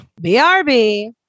BRB